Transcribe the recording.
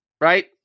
right